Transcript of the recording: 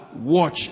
watch